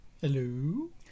Hello